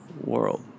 world